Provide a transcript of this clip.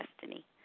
destiny